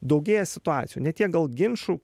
daugėja situacijų ne tiek gal ginčų